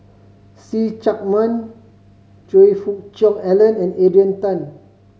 See Chak Mun Choe Fook Cheong Alan and Adrian Tan